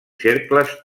cercles